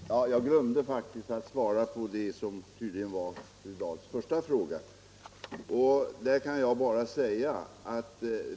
Herr talman! Jag glömde faktiskt att svara på det som tydligen var fru Dahls första fråga.